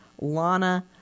Lana